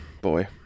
Boy